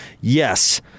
yes